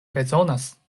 bezonas